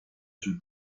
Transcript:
sul